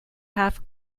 half